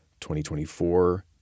2024